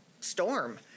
storm